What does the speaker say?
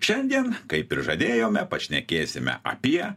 šiandien kaip ir žadėjome pašnekėsime apie